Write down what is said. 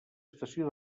estació